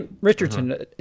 richardson